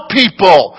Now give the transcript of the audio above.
people